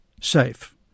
safe